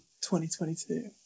2022